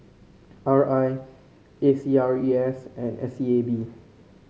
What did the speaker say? R I A C R E S and S E A B